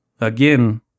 Again